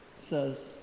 says